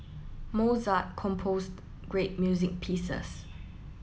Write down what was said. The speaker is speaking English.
Mozart composed great music pieces